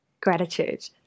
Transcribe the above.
gratitude